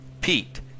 Pete